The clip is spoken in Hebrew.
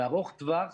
ארוך טווח